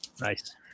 Nice